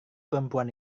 perempuan